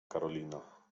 karolina